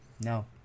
No